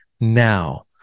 now